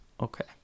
Okay